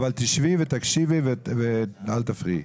אבל תשבי ותקשיבי ואל תפריעי.